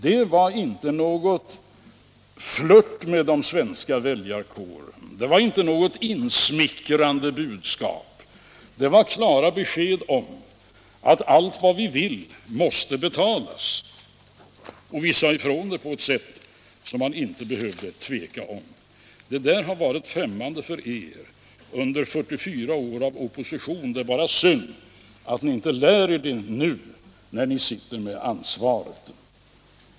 Det var från vår sida inte någon flirt med den svenska väljarkåren, det var inte något insmickrande budskap. Det var klara besked om att allt vad vi vill genomföra måste betalas, och vi sade ifrån det på ett sådant sätt att man inte behövde tveka. Detta har varit främmande för er under 44 år i opposition. Det är bara synd att ni inte lär er det nu när ni sitter med ansvaret.